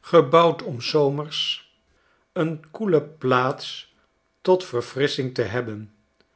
gebouwd om s zomers een koele plaats tot verfrissching te hebben